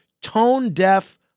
tone-deaf